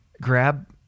grab